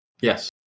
Yes